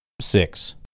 six